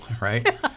right